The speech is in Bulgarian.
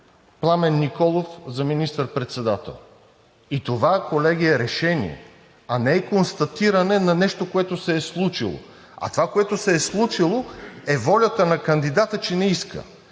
Пламен Николов за министър-председател.“ Това, колеги, е решение, а не е констатиране на нещо, което се е случило. А това, което се е случило, е волята на кандидата, че не иска.